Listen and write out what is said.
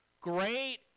great